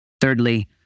Thirdly